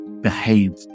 behave